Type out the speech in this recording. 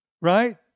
Right